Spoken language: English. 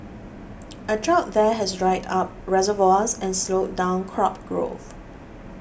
a drought there has dried up reservoirs and slowed down crop growth